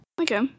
Okay